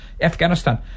Afghanistan